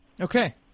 Okay